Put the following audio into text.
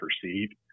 perceived